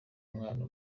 umwana